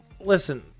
listen